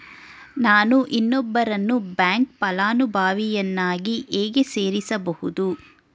ನಾನು ಇನ್ನೊಬ್ಬರನ್ನು ಬ್ಯಾಂಕ್ ಫಲಾನುಭವಿಯನ್ನಾಗಿ ಹೇಗೆ ಸೇರಿಸಬಹುದು?